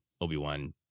Obi-Wan